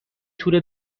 تور